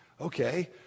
okay